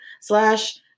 slash